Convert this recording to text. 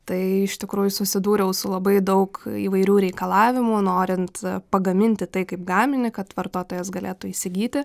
tai iš tikrųjų susidūriau su labai daug įvairių reikalavimų norint pagaminti tai kaip gaminį kad vartotojas galėtų įsigyti